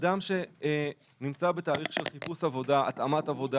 אדם שנמצא בתהליך של חיפוש עבודה, התאמת עבודה